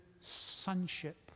sonship